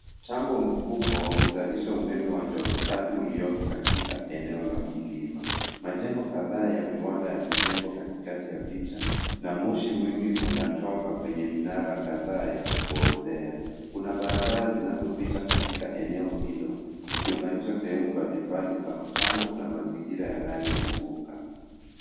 Tando mkubwa wa kuzalisha umeme wa jotoardhi ulioko katika eneo la milima. Majego kadhaa ya viwanda yamejengwa katikati ya picha na moshi mwingi unatoka kwenye minara kadhaa ya kupoozea. Kuna barabara zinazopita katika eneo hilo zikiunganisha sehemu mbalimbali za mtambo na mazingira yanayo zunguka.